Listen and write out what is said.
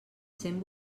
cent